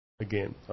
Again